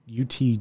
UT